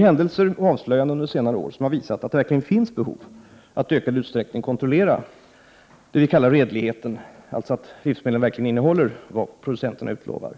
Händelser och avslöjanden under senare år har visat att det verkligen finns behov av att i ökad utsträckning kontrollera det vi kallar redligheten, dvs. att livsmedlen verkligen innehåller vad producenterna utlovar.